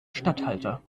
statthalter